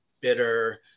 bitter